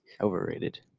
Overrated